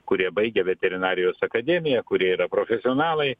kurie baigę veterinarijos akademiją kurie yra profesionalai